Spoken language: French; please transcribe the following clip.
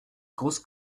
grosse